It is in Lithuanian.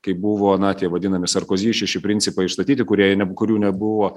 kai buvo ana tie vadinami sarkozi šeši principai išstatyti kurie kurių nebuvo